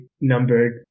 numbered